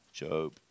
Job